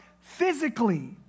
physically